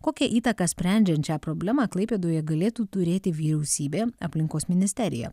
kokią įtaką sprendžiant šią problema klaipėdoje galėtų turėti vyriausybė aplinkos ministerija